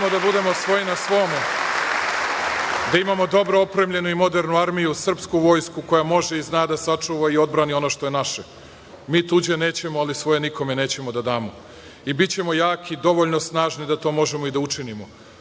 da budemo svoj na svome, da imamo dobro opremljenu i modernu armiju, srpsku vojsku koja zna i može da sačuva i odbrani ono što je naše. Mi tuđe nećemo, ali svoje nikome nećemo da damo. Bićemo jaki, dovoljno snažni da to možemo da učinimo.